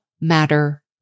matter